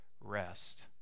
rest